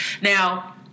now